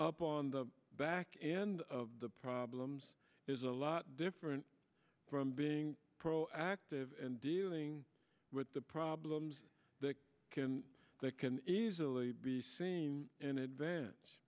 up on the back end of the problems is a lot different from being proactive and dealing with the problems that can that can easily be seen in